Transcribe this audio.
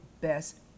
best